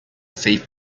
save